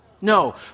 No